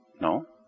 no